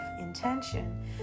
intention